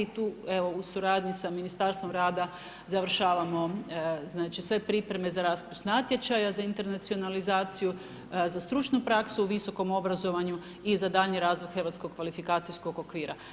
Tu evo u suradnji sa Ministarstvom rada završavamo znači sve pripreme za raspis natječaja, za internacionalizaciju za stručnu praksu u visokom obrazovanju i za daljnji razvoj hrvatskog kvalifikacijskog okvira.